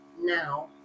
now